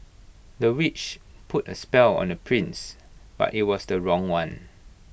the witch put A spell on the prince but IT was the wrong one